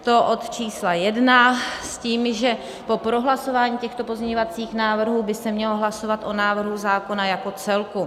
To od čísla 1 s tím, že po prohlasování těchto pozměňovacích návrhů by se mělo hlasovat o návrhu zákona jako celku.